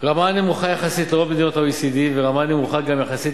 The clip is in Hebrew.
רמה נמוכה יחסית לרוב מדינות ה-OECD ורמה נמוכה גם יחסית